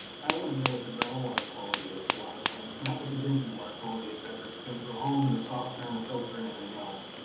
i want to know what the groundwater quality is a lot of times, not what the drinking water quality is after it's been through a home and a softener and a filter and everything else.